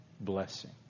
blessing